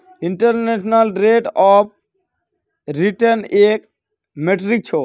internal rate of return एक metric छ